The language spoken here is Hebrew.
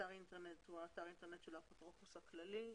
אתר האינטרנט הוא האתר של האפוטרופוס הכללי.